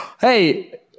Hey